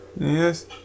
Yes